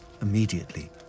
Immediately